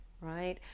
right